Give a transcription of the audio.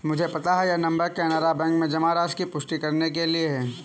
मुझे पता है यह नंबर कैनरा बैंक में जमा राशि की पुष्टि करने के लिए है